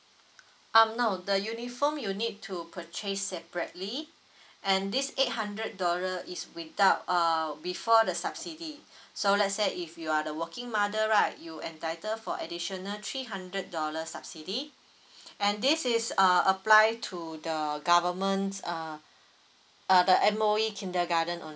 um no the uniform you need to purchase separately and this eight hundred dollar is without err before the subsidy so let say if you are the working mother right you entitle for additional three hundred dollar subsidy and this is uh apply to the government's err uh the M_O_E kindergarten only